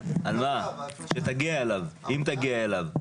זה אם תגיע אליו.